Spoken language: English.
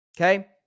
okay